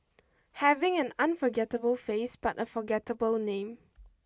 having an unforgettable face but a forgettable name